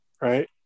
Right